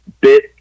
bit